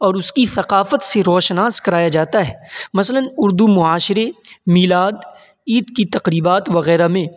اور اس کی ثقافت سے روشناس کرایا جاتا ہے مثلاً اردو معاشرے میلاد عید کی تقریبات وغیرہ میں